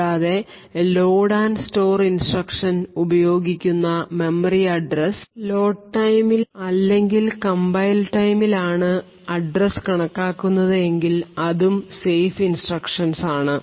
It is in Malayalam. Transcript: കൂടാതെ ലോഡ് ആൻഡ് സ്റ്റോർ ഇൻസ്ട്രക്ഷൻ ഉപയോഗിക്കുന്ന മെമ്മറി അഡ്രസ് ലോഡ് ടൈം ൽ അല്ലെങ്കിൽ കംപൈൽ ടൈം ൽ ആണ് അഡ്രസ് കണക്കാക്കുന്നത് എങ്കിൽ അതും സേഫ് ഇൻസ്ട്രക്ഷൻസ് ആണ്